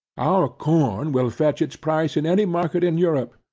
our corn will fetch its price in any market in europe,